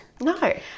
No